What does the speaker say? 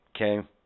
Okay